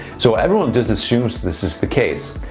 so everyone just assumes this is the case.